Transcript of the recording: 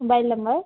mobile number